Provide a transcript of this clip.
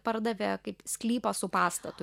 pardavė kaip sklypą su pastatu